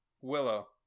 Willow